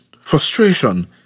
frustration